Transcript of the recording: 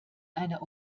einer